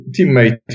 teammate